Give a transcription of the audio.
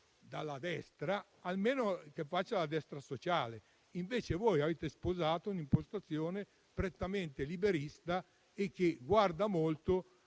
mi aspetto almeno che faccia la destra sociale e invece voi avete sposato un'impostazione prettamente liberista, che guarda molto